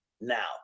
now